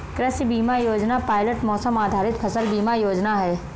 कृषि बीमा योजना पायलट मौसम आधारित फसल बीमा योजना है